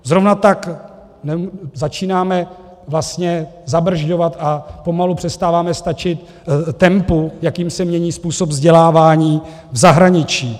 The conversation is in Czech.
Zrovna tak začínáme vlastně zabrzďovat a pomalu přestáváme stačit tempu, jakým se mění způsob vzdělávání v zahraničí.